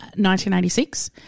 1986